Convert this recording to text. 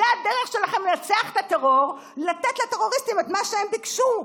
זאת הדרך שלכם לנצח את הטרור: לתת לטרוריסטים את מה שהם ביקשו.